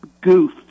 goof